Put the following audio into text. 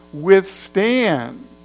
withstand